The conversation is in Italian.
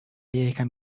lirica